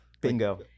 Bingo